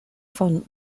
von